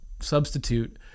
substitute